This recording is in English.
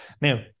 Now